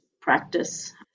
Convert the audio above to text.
practice